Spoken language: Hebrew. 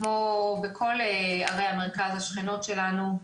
כמו בכל ערי המרכז השכנות שלנו,